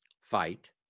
fight